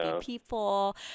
People